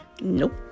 Nope